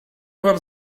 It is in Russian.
вам